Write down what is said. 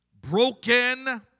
broken